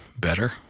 better